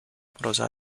prosa